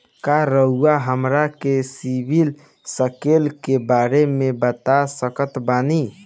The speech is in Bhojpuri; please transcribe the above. का रउआ हमरा के सिबिल स्कोर के बारे में बता सकत बानी?